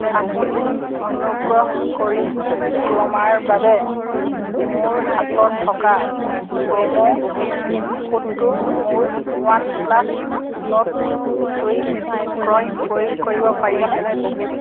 আপুনি অনুগ্ৰহ কৰি ক্ৰোমাৰ বাবে মোৰ হাতত থকা প্ৰম' কোডটো মোৰ ৱানপ্লাছ নৰ্ড দুইত ক্ৰয়ত প্ৰয়োগ কৰিব পাৰিবনে